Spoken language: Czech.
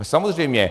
Samozřejmě.